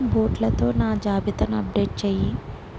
బూట్లతో నా జాబితాను అప్డేట్ చెయ్యి